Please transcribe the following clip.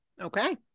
okay